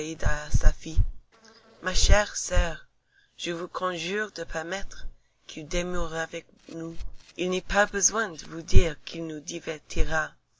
à safie mes chères soeurs je vous conjure de permettre qu'il demeure avec nous il n'est pas besoin de vous dire qu'il nous divertira